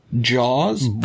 Jaws